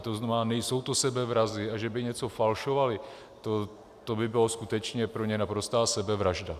To znamená, nejsou to sebevrazi, a že by něco falšovali, to by byla skutečně pro ně naprostá sebevražda.